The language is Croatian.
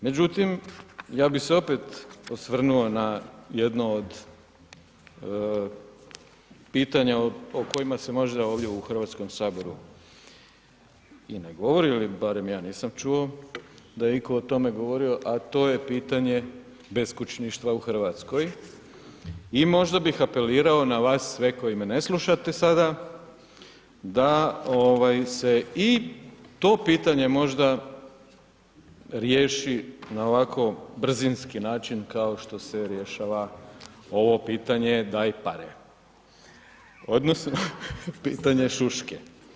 Međutim, ja bih se opet osvrnuo na jedno od pitanja o kojima se možda ovdje u Hrvatskom saboru i ne govori, ili barem ja nisam čuo da je itko o tome govorio, a to je pitanje beskućništva u Hrvatskoj i možda bi apelirao na vas sve koji me ne slušate sada, da ovaj se i to pitanje možda riješi na ovako brzinski način kao što se rješava ovo pitanje „daj pare“ odnosno „pitanje šuške“